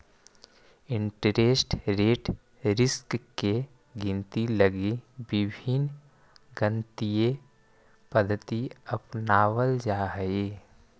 interest rate risk के गिनती लगी विभिन्न गणितीय पद्धति अपनावल जा हई